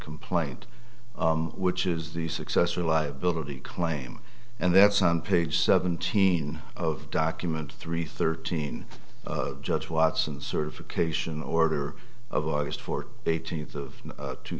complaint which is the successor liability claim and that's on page seventeen of document three thirteen judge watson certification order of august for eighteenth of two